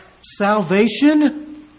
salvation